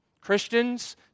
Christians